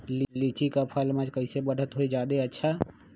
लिचि क फल म कईसे बढ़त होई जादे अच्छा?